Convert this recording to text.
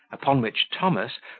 upon which, thomas,